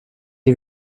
est